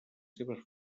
seves